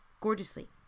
gorgeously